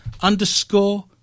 underscore